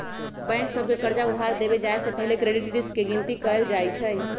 bank सभ के कर्जा उधार देबे जाय से पहिले क्रेडिट रिस्क के गिनति कएल जाइ छइ